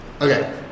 Okay